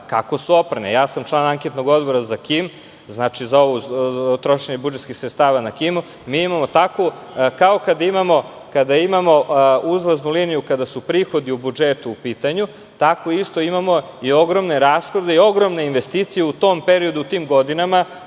kako su oprane. Član sam Anketnog odbora za KiM, za trošenje budžetskih sredstava na KiM. Kao kada ima uzlaznu liniju kada su prihodi u budžetu u pitanju, tako isto imamo i ogromne rashode i ogromne investicije u tom periodu u tim godinama